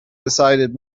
decided